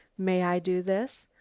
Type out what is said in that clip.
may i do this.